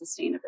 sustainability